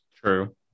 True